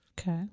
Okay